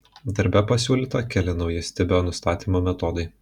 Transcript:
darbe pasiūlyta keli nauji stibio nustatymo metodai